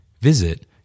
Visit